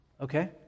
Okay